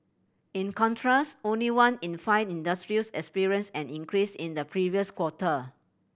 in contrast only one in five industries experienced an increase in the previous quarter